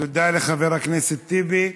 תודה לחבר הכנסת טיבי.